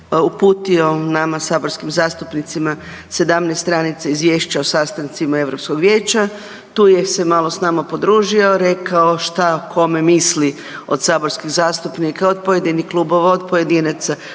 uputio nama, saborskim zastupnicima 17 stranica Izvješća o sastancima EU vijeća, tu je se s nama podružio, rekao šta kome misli od saborskih zastupnika, od pojedinih klubova, od pojedinaca,